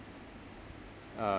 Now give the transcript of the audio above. uh